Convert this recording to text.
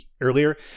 earlier